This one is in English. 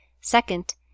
Second